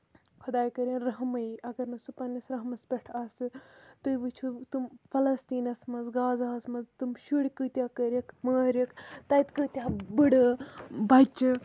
خۄداے کٔرِنۍ رحمٕے اَگر نہٕ سُہ پَنٕنِس رَحمَس پٮ۪ٹھ آسہِ تُہۍ وٕچھِو تٔمۍ فَلَستیٖنَس منٛز غازا حظ منٛز تٔمۍ شُرۍ کۭتیاہ کٔرِکھ مٲرِکھ تَتہِ کۭتیاہ بٔڑٕ بَچہٕ